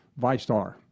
Vistar